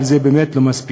אבל זה באמת לא מספיק.